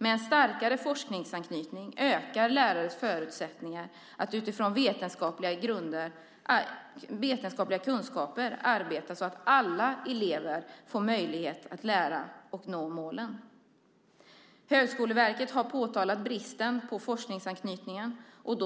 Med en starkare forskningsanknytning ökar lärarnas förutsättningar att utifrån kunskaper som vilar på vetenskaplig grund arbeta så att alla elever får möjlighet att lära och nå målen. Högskoleverket har påtalat bristen på forskningsanknytning,